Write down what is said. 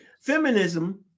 Feminism